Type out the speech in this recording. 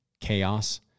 chaos